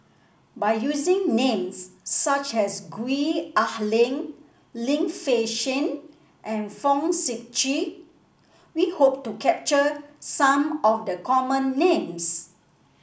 by using names such as Gwee Ah Leng Lim Fei Shen and Fong Sip Chee we hope to capture some of the common names